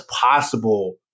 possible